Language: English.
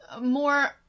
more